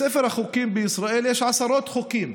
בספר החוקים בישראל יש עשרות חוקים